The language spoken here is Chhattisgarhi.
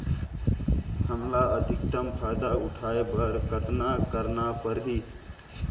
हमला अधिकतम फायदा उठाय बर कतना करना परही?